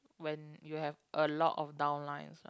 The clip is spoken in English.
when you have a lot of down lines lah